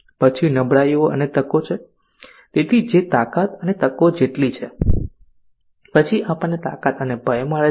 પછી નબળાઈઓ અને તકો છે તેથી જે તાકાત અને તકો જેટલી જ છે પછી આપણને તાકાત અને ભય મળે છે